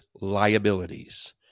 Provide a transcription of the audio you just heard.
liabilities